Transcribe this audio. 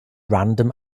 random